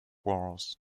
wars